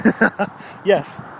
Yes